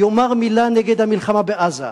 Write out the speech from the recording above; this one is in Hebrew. יאמר מלה נגד המלחמה בעזה?